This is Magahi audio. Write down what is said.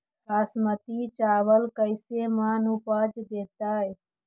बासमती चावल कैसे मन उपज देतै?